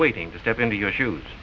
waiting to step into your sho